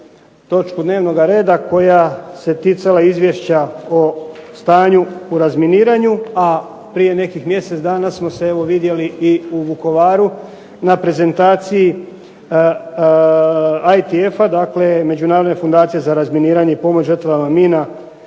točku dnevnoga reda koja se ticala Izvješća o stanju u razminiranju, a prije nekih mjesec dana smo se evo vidjeli i u Vukovaru na prezentaciji ITF-a, dakle Međunarodne fundacije za razminiranje i pomoć žrtvama mina